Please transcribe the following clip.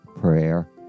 prayer